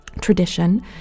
tradition